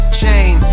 chain